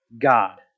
God